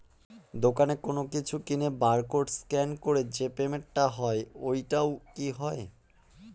দোকানে কোনো কিছু কিনে বার কোড স্ক্যান করে যে পেমেন্ট টা হয় ওইটাও কি হয়?